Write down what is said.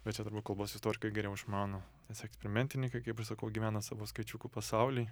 bet čia turbūt kalbos istorikai geriau išmano nes eksperimentinkai kaip aš sakau gyvena savo skaičiukų pasauly